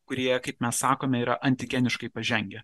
kurie kaip mes sakome yra antigeniškai pažengę